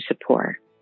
support